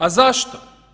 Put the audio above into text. A zašto?